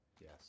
Yes